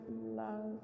love